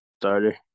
starter